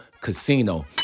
casino